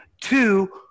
two